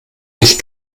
nicht